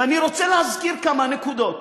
ואני רוצה להזכיר כמה נקודות,